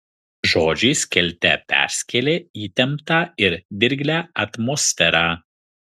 žodžiai skelte perskėlė įtemptą ir dirglią atmosferą